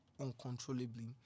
uncontrollably